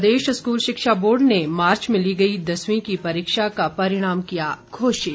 प्रदेश school शिक्षा board ने March में ली गई दसवीं की परीक्षा का परिणाम किया घोषित